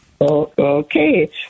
Okay